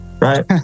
right